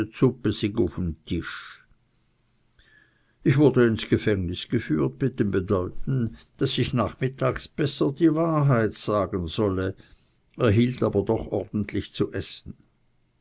ich wurde ins gefängnis geführt mit dem bedeuten daß ich nachmittags besser die wahrheit sagen solle erhielt aber doch ordentlich zu essen